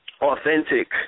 authentic